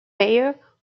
mayor